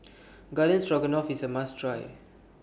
Garden Stroganoff IS A must Try